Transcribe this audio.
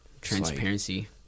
Transparency